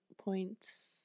points